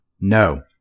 No